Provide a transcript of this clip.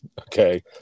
Okay